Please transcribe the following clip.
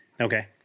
Okay